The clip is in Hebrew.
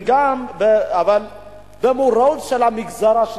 אבל במעורבות של המגזר השלישי,